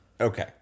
okay